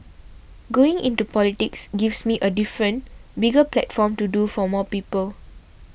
going into politics gives me a different bigger platform to do for more people